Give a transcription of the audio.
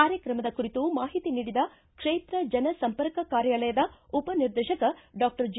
ಕಾರ್ಯಕ್ರಮದ ಕುರಿತು ಮಾಹಿತಿ ನೀಡಿದ ಕ್ಷೇತ್ರ ಜನ ಸಂಪರ್ಕ ಕಾರ್ಯಾಲಯದ ಉಪ ನಿರ್ದೇಶಕ ಡಾಕ್ಟರ್ ಜಿ